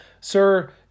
Sir